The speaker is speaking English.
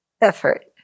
effort